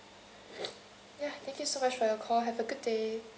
ya thank you so much for your call have a good day